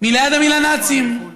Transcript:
מהמילה "נאצים".